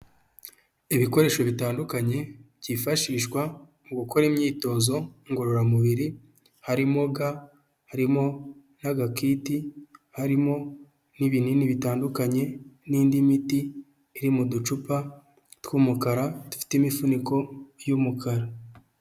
Ibikoresho bitandukanye byifashishwa mu gukora imyitozo ngororamubiri harimo ga, harimo n'agakiti, harimo n'ibinini bitandukanye, n'indi miti iri mu ducupa tw'umukara dufite imifuniko y'umukara.